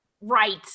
right